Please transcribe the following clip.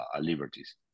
liberties